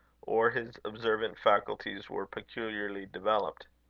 or his observant faculties were peculiarly developed.